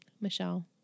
Michelle